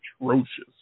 atrocious